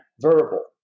verbal